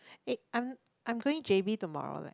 eh I'm I'm going J_B tomorrow leh